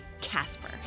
Casper